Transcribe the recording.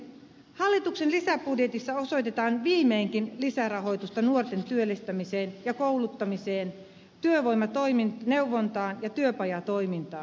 hallituksen lisäbudjetissa osoitetaan viimeinkin lisärahoitusta nuorten työllistämiseen ja kouluttamiseen työvoimaneuvontaan ja työpajatoimintaan